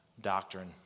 doctrine